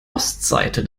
ostseite